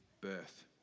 birth